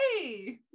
Hey